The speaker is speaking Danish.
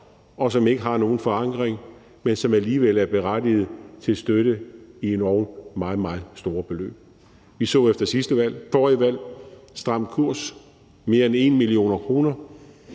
og som ikke har nogen forankring, men som alligevel er berettiget til støtte – endog meget, meget store beløb. Vi så efter forrige valg Stram Kurs få mere end 1 mio. kr.